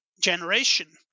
generation